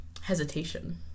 hesitation